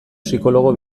psikologo